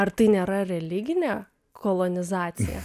ar tai nėra religinė kolonizacija